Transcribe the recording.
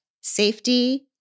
safety